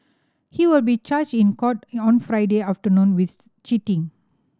he will be charged in court on Friday afternoon with cheating